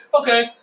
Okay